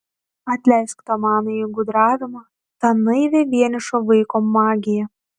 atleisk tą manąjį gudravimą tą naivią vienišo vaiko magiją